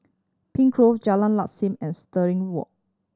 Pine Grove Jalan Lam Sam and Stirling Walk